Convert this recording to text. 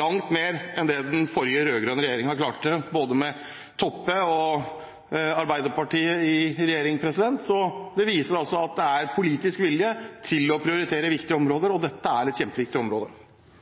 langt mer enn det den rød-grønne regjeringen klarte, både med Toppes parti og Arbeiderpartiet i regjering. Det viser at det er politisk vilje til å prioritere viktige områder, og dette er et kjempeviktig område.